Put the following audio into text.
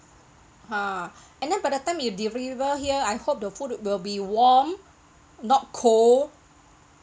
ha and then by the time you deliver here I hope the food will be warm not cold